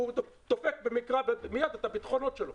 הוא דופק מיד את הביטחונות שלו.